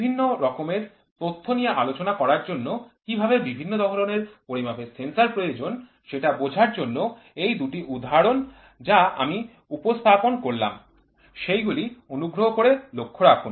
বিভিন্ন রকমের তথ্য নিয়ে আলোচনা করার জন্য কিভাবে বিভিন্ন ধরনের পরিমাপের সেন্সর প্রয়োজন সেটা বোঝার জন্য এই দুটি উদাহরণ যা আমি উপস্থাপন করলাম সেগুলি অনুগ্রহ করে লক্ষ্য রাখুন